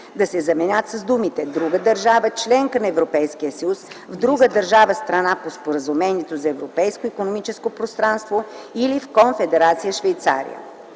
да се заменят с думите „друга държава – членка на Европейския съюз, в друга държава – страна по Споразумението за Европейското икономическо пространство, или в Конфедерация Швейцария”.